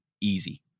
easy